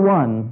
one